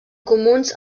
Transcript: comuns